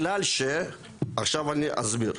עכשיו אני אסביר.